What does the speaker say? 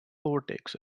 overtakes